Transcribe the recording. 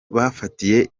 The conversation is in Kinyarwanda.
bafatiye